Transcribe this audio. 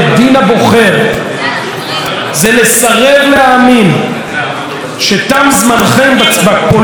זה לסרב להאמין שתם זמנכם בפוליטיקה הישראלית,